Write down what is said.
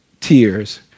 tears